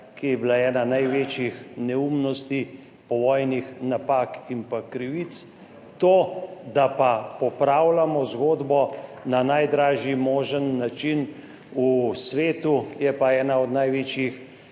ki je bila ena največjih povojnih neumnosti, napak in pa krivic. To, da pa popravljamo zgodbo na najdražji možen način v svetu, je pa ena od največjih